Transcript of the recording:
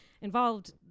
involved